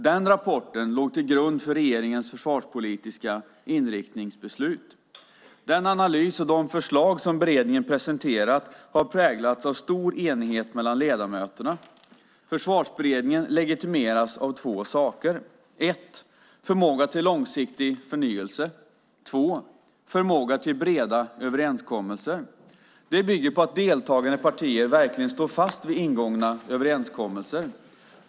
Den rapporten låg till grund för regeringens försvarspolitiska inriktningsbeslut. Den analys och de förslag som beredningen presenterat har präglats av stor enighet mellan ledamöterna. Försvarsberedningen legitimeras av två saker: 1. Förmåga till långsiktig förnyelse. 2. Förmåga till breda överenskommelser. Det bygger på att deltagande partier verkligen står fast vid ingångna överenskommelser.